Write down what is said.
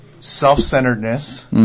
self-centeredness